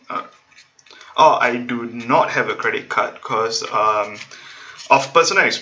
uh oh I do not have a credit card cause um of personal